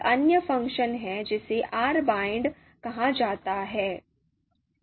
एक अन्य फ़ंक्शन है जिसे rbind कहा जाता है